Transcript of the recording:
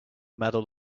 medal